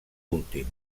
últim